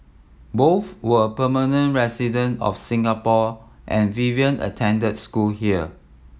both were permanent resident of Singapore and Vivian attended school here